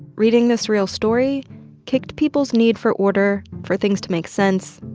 reading the surreal story kicked people's need for order, for things to make sense,